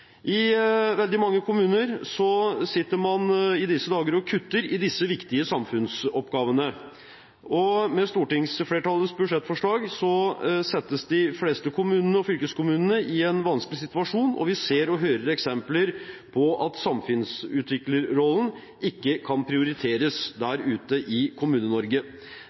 I veldig mange kommuner sitter man i disse dager og kutter i disse viktige samfunnsoppgavene. Med stortingsflertallets budsjettforslag settes de fleste kommunene og fylkeskommunene i en vanskelig situasjon, og vi ser og hører eksempler på at samfunnsutviklerrollen ikke kan prioriteres der ute i